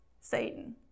Satan